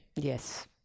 Yes